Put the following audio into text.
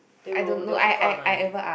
they will they will fork out the money